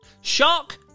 Shark